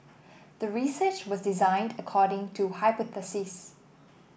the research was designed according to hypothesis